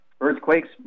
Earthquakes